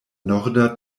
norda